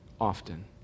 often